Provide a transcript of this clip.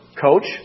coach